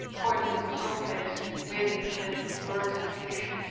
pointing to some cakes made in the shapes of birds and fish.